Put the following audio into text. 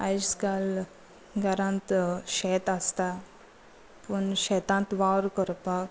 आयज काल घरांत शेत आसता पूण शेतांत वावर करपाक